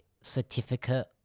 certificate